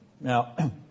Now